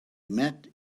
met